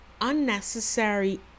unnecessary